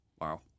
Wow